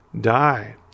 die